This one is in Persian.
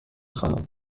خواهم